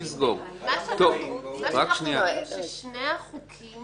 הוא ששני החוקים